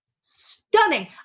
stunning